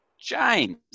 James